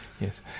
Yes